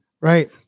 right